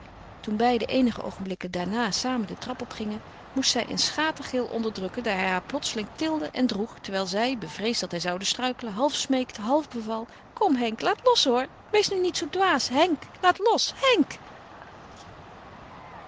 toen beiden eenige oogenblikken daarna samen de trap opgingen moest zij een schatergil onderdrukken daar hij haar plotseling tilde en droeg terwijl zij bevreesd dat hij zoude struikelen half smeekte half beval kom henk laat los hoor wees nu niet zoo dwaas henk laat los henk